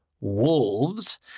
wolves